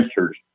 answers